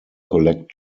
collect